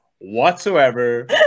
whatsoever